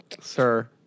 Sir